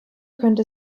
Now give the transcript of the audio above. könnte